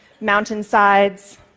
mountainsides